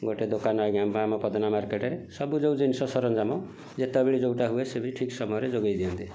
ଗୋଟେ ଦୋକାନ ଆଜ୍ଞା ଆମ ପ୍ରଧାନ ମାର୍କେଟ ରେ ସବୁ ଯେଉଁ ଜିନିଷ ସରଞ୍ଜାମ ଯେତେବେଳେ ଯେଉଁଟା ହୁଏ ସେ ବି ଠିକ୍ ସମୟରେ ଯୋଗେଇ ଦିଅନ୍ତି